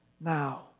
now